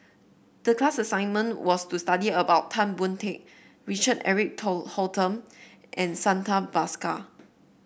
the class assignment was to study about Tan Boon Teik Richard Eric Holttum and Santha Bhaskar